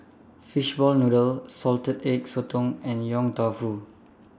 Fishball Noodle Salted Egg Sotong and Yong Tau Foo